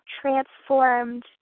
transformed